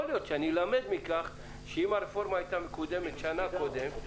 יכול להיות שאני למד מכך שאם הרפורמה הייתה מקודמת שנה קודם,